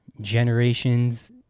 generations